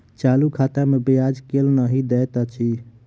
चालू खाता मे ब्याज केल नहि दैत अछि